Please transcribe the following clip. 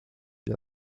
dla